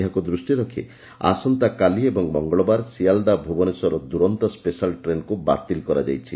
ଏହାକୁ ଦୃଷ୍କିରେ ରଖି ଆସନ୍ତାକାଲି ଏବଂ ମଙ୍ଗଳବାର ସିଆଲଦା ଭୁବନେଶ୍ୱର ଦୁରନ୍ତ ସେଶାଲ୍ ଟ୍ରେନ୍କୁ ବାତିଲ କରାଯାଇଛି